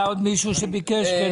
היה עוד מישהו שביקש לדבר?